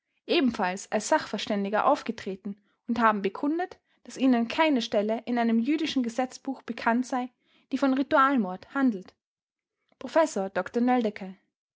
ebenfalls als sachverständiger aufgetreten und haben bekundet daß ihnen keine stelle in einem jüdischen gesetzbuch bekannt sei die von ritualmord handelt professor dr nöldecke